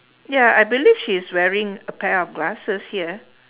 ya I believe she's wearing a pair of glasses here